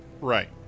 Right